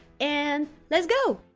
and let's go!